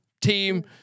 team